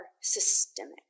systemic